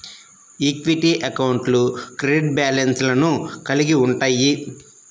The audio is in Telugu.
ఈక్విటీ అకౌంట్లు క్రెడిట్ బ్యాలెన్స్లను కలిగి ఉంటయ్యి